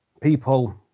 people